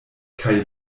kaj